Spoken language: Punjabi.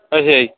ਅੱਛਾ ਜੀ